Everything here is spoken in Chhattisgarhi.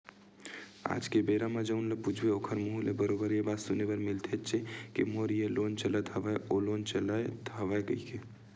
आज के बेरा म जउन ल पूछबे ओखर मुहूँ ले बरोबर ये बात सुने बर मिलथेचे के मोर ये लोन चलत हवय ओ लोन चलत हवय कहिके